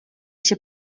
się